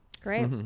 great